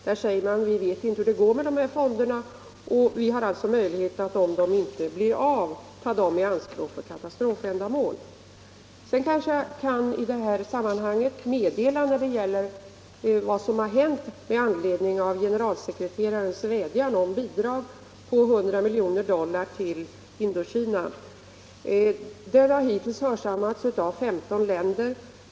Där säger man att man vet inte hur det går med dessa fonder, och vi har alltså möjlighet att om fonderna inte kommer till stånd ta pengarna i anspråk för katastrofändamål. Sedan kan jag i detta sammanhang meddela, när det gäller vad som har hänt med anledning av generalsekreterarens vädjan om bidrag på 100 miljoner dollar till Indokina, att denna vädjan hittills hörsammats av 15 länder.